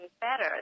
better